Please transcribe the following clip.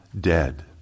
dead